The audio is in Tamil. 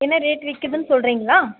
என்ன ரேட் விற்கிதுனு சொல்கிறீங்களா